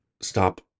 stop